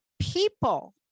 people